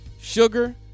Sugar